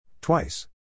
Twice